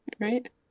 right